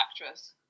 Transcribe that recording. actress